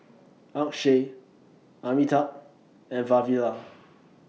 Akshay Amitabh and Vavilala